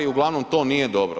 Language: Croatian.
Uglavnom to nije dobro.